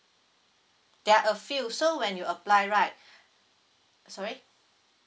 there are a few so when you apply right sorry